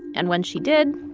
and when she did,